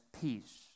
peace